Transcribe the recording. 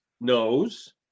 knows